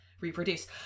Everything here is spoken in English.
reproduce